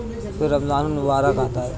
پھر رمضان المبارک آتا ہے